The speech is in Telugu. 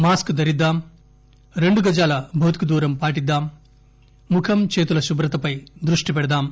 మాస్క్ ధరిద్దాం రెండు గజాల భౌతిక దూరం పాటిద్దాం ముఖం చేతుల శుభ్రతపై దృష్టి పెడదాం